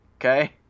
okay